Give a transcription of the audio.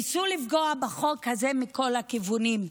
ניסו לפגוע בחוק הזה מכל הכיוונים,